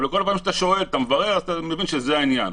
אבל כל פעם שאנחנו מבררים אנחנו מבינים שזה העניין.